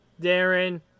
Darren